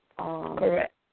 Correct